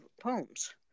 poems